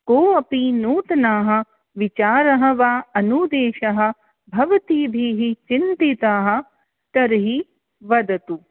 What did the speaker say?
कोऽपि नूतनाः विचारः वा अनुदेशः भवति धीः चिन्तितः तर्हि वदतु